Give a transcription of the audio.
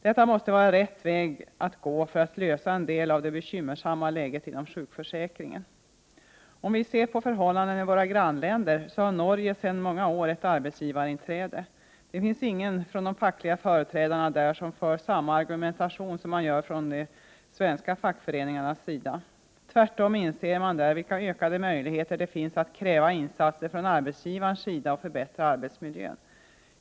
Detta måste vara rätt väg att gå för att lösa en del av det bekymmersamma läget inom sjukförsäkringen. Om vi ser på förhållanden i våra grannländer, finner vi att Norge sedan många år har arbetsgivarinträde. Ingen av de fackliga företrädarna där för samma argumentation som de svenska fackföreningarna. Tvärtom inser man där vilka ökade möjligheter det finns att kräva insatser från arbetsgivarens sida för att förbättra arbetsmiljön.